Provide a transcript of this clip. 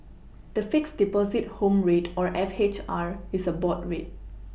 the fixed Deposit home rate or F H R is a board rate